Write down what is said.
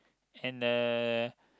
and uh